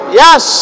yes